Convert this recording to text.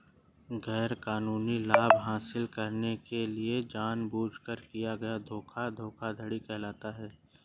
गैरकानूनी लाभ हासिल करने के लिए जानबूझकर किया गया धोखा धोखाधड़ी कहलाता है